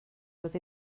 with